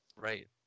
Right